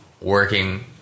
working